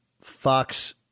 Fox